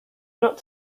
not